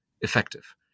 effective